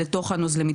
לתוך הנוזלים,